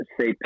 say